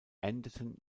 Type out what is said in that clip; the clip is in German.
endeten